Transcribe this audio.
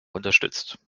unterstützt